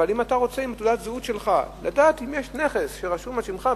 אבל אם אתה רוצה עם תעודת הזהות שלך לדעת אם יש נכס שרשום על שמך,